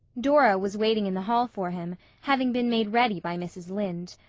dora was waiting in the hall for him, having been made ready by mrs. lynde.